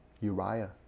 Uriah